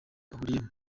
bahuriyemo